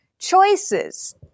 choices